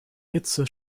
hitze